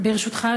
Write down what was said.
ברשותך,